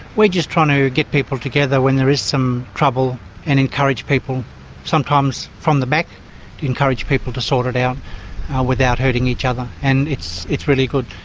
we're just trying to get people together when there is some trouble and encourage people sometimes from the back to encourage people to sort it out without hurting each other and it's it's really good.